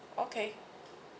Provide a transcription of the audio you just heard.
okay